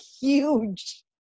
huge